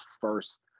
first